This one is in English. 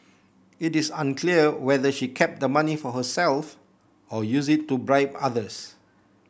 it is unclear whether she kept the money for herself or used it to bribe others